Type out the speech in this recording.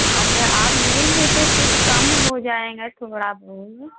आप लेंगे तो कुछ कम हो जाएगा थोड़ा बहुत